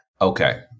Okay